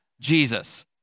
Jesus